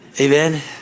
amen